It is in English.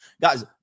Guys